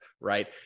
right